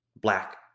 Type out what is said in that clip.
black